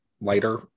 lighter